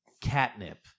Catnip